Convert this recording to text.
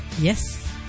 Yes